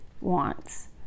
wants